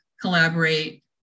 collaborate